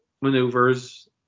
maneuvers